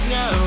no